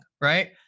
right